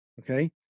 Okay